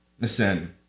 listen